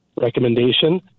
recommendation